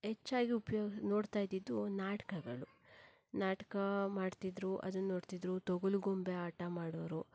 ಹೆಚ್ಚಾಗಿ ಉಪಯೋ ನೋಡ್ತಾ ಇದ್ದಿದ್ದು ನಾಟಕಗಳು ನಾಟಕ ಮಾಡ್ತಿದ್ರು ಅದನ್ನು ನೋಡ್ತಿದ್ರು ತೊಗಲು ಗೊಂಬೆ ಆಟ ಮಾಡೋರು